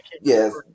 Yes